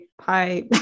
hi